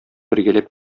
бергәләп